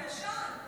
זה ישן.